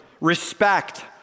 respect